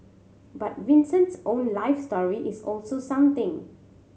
but Vincent's own life story is also something